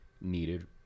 needed